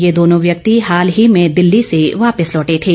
ये दोनों व्यक्ति हाल ही में दिल्ली से वापिस लौटे थे